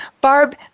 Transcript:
Barb